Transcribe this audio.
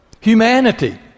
humanity